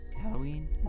Halloween